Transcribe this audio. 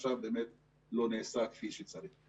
דבר שעד עכשיו לא נעשה כפי שצריך.